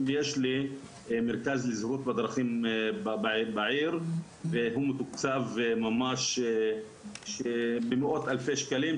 אם יש לי מרכז לזהירות בדרכים בעיר והוא מתוקצב ממש במאות אלפי שקלים,